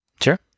Sure